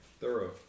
thorough